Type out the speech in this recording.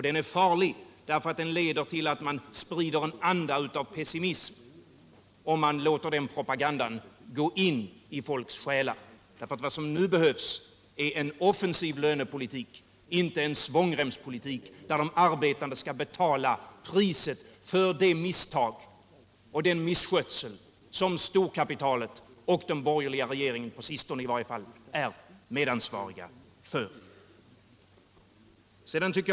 Den är farlig eftersom man sprider en anda av pessimism, om man låter den gå in i folks själar. Vad som nu behövs är en offensiv lönepolitik, inte en svångremspolitik, där de arbetande skall betala priset för de misstag och den misskötsel som storkapitalet gjort sig skyldigt till och som den borgerliga regeringen —- i varje fall på sistone — är medansvarig för.